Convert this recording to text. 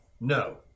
No